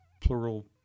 plural